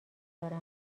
دارم